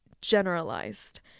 generalized